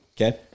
Okay